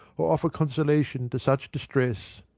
or offer consolation to such distress!